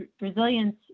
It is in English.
resilience